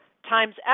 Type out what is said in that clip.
times